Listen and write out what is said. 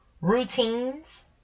routines